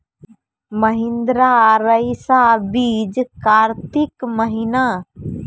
महिंद्रा रईसा बीज कार्तिक महीना?